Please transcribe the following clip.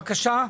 בבקשה.